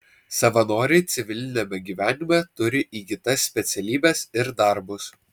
savanoriai civiliniame gyvenime turi įgytas specialybes ir darbus